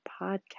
podcast